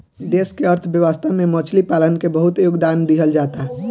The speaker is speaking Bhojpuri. देश के अर्थव्यवस्था में मछली पालन के बहुत योगदान दीहल जाता